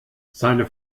seine